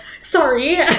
Sorry